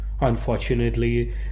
Unfortunately